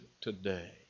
today